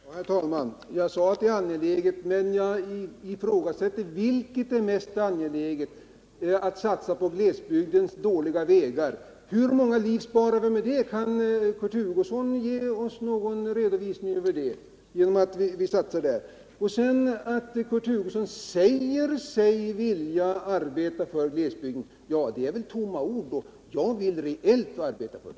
Herr talman! Ja, jag sade att det är angeläget, men vilket är mest angeläget? Är det att satsa på glesbygdens dåliga vägar? Hur många liv sparar vi genom att satsa där? Kan Kurt Hugosson ge oss någon redovisning över det? Sedan säger Kurt Hugosson sig vilja arbeta för glesbygden, men det är väl då tomma ord. Jag vill reellt arbeta för den.